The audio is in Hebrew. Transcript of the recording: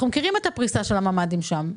אנחנו מכירים את הפריסה של הממ"דים שם,